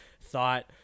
thought